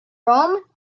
rome